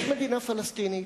יש מדינה פלסטינית,